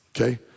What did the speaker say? okay